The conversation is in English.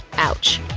ouch.